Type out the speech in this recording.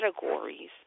categories